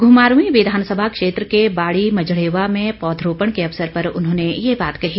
घूमारवीं विधानसभा क्षेत्र के बाड़ी मझेडवां में पौधरोपण के अवसर पर उन्होंने ये बात कहीं